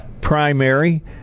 primary